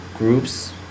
groups